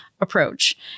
approach